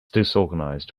disorganized